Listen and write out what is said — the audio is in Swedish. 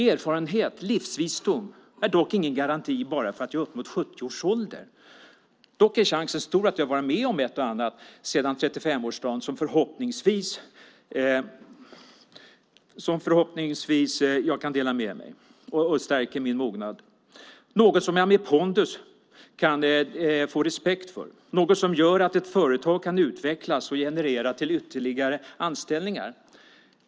Erfarenhet, livsvisdom, är dock ingen garanti bara för att jag har uppnått 70 års ålder. Dock är chansen stor att jag varit med om ett och annat sedan 35-årsdagen som jag förhoppningsvis kan dela med mig och som stärkt min mognad, något som jag med pondus kan få respekt för, något som gör att ett företag kan utvecklas och generera ytterligare anställningar.